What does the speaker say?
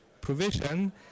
provision